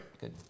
good